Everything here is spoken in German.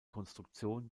konstruktion